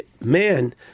Man